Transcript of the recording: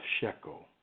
shekel